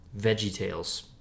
VeggieTales